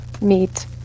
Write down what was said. meet